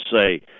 say